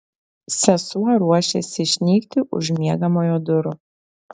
sesuo ruošėsi išnykti už miegamojo durų